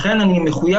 לכן אני מחויב,